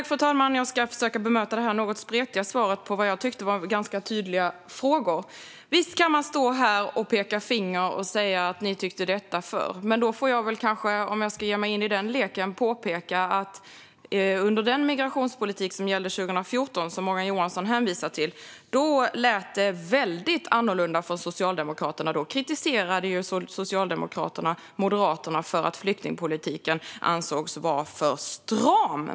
Fru talman! Jag ska försöka bemöta det något spretiga svaret på vad jag tyckte var ganska tydliga frågor. Visst kan man stå här och peka finger och säga att ni tyckte detta förr. Då får väl jag, om jag ska ge mig in i den leken, påpeka att under den migrationspolitik som gällde 2014, som Morgan Johansson hänvisar till, lät det väldigt annorlunda från Socialdemokraterna. Då kritiserade Socialdemokraterna Moderaterna för att man ansåg att flyktingpolitiken var för stram.